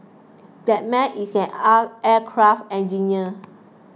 that man is an ah aircraft engineer